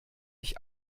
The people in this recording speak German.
ich